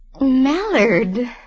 Mallard